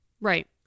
Right